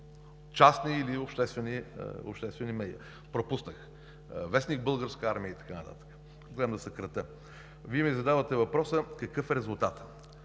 частни или обществени медии. Пропуснах вестник „Българска армия“ и така нататък – гледам да съкратя. Вие ми задавате въпроса: какъв е резултатът?